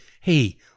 hey